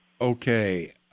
Okay